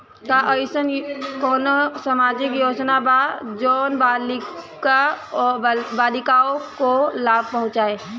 का अइसन कोनो सामाजिक योजना बा जोन बालिकाओं को लाभ पहुँचाए?